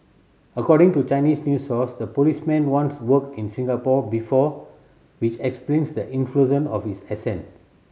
according to Chinese news source the policeman once worked in Singapore before which explains the influence of his accent